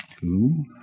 Two